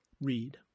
Read